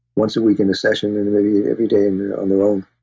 once a week in a session, and maybe every day on their own.